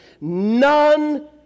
none